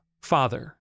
Father